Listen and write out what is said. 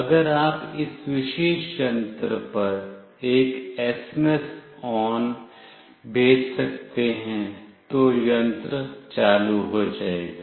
अगर आप इस विशेष यंत्र पर एक एसएमएस ON भेज सकते हैं तो यंत्र चालू हो जाएगा